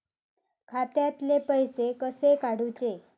खात्यातले पैसे कसे काडूचे?